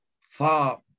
far